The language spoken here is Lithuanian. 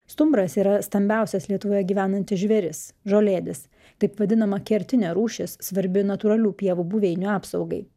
stumbras yra stambiausias lietuvoje gyvenantis žvėris žolėdis taip vadinama kertinė rūšis svarbi natūralių pievų buveinių apsaugai